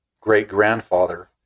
great-grandfather